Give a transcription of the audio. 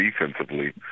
defensively